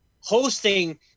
hosting